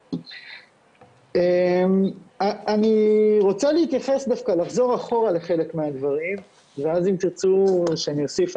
אני רוצה דווקא לחזור אחורה לחלק מהדברים ואז אם תרצו שאני אוסיף,